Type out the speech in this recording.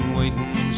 waiting